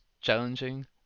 challenging